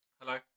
Hello